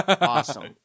Awesome